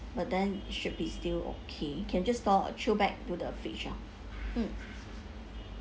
but then it should be still okay can just store or chill back to the fridge lah mm